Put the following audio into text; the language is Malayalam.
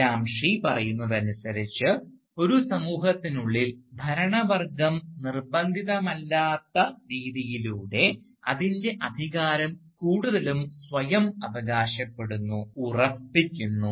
ഗ്രാംഷി പറയുന്നതനുസരിച്ച് ഒരു സമൂഹത്തിനുള്ളിൽ ഭരണവർഗം നിർബന്ധിതമല്ലാത്ത രീതിയിലൂടെ അതിൻറെ അധികാരം കൂടുതലും സ്വയം അവകാശപ്പെടുന്നു ഉറപ്പിക്കുന്നു